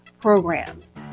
programs